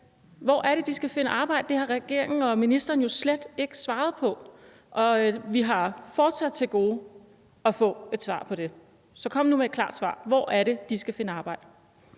Hvor er det, de skal finde arbejde? Det har regeringen og ministeren jo slet ikke svaret på. Vi har fortsat til gode at få et svar på det. Så kom nu med et klart svar: Hvor er det, de skal finde arbejde?